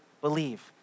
believe